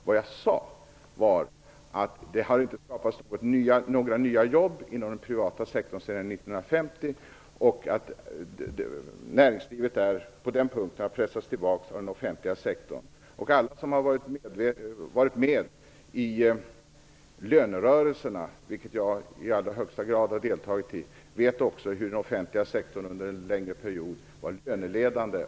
Vad jag sade var att det inte har skapats några nya jobb inom den privata sektorn sedan 1950 och att näringslivet på den punkten har pressats tillbaks av den offentliga sektorn. Alla som har varit med i lönerörelserna, vilket jag i allra högsta grad har varit, vet också att den offentliga sektorn under en längre period var löneledande.